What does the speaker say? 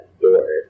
door